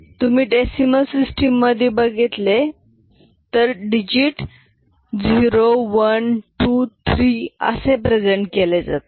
तुम्ही decimal system मधे बघितले तर डिजिट 0 1 2 3 असे प्रेझेंट केले जातात